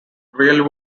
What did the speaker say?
real